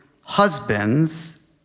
husbands